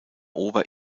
ober